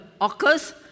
occurs